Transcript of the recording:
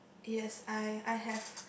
yes I I have